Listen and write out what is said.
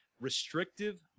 Restrictive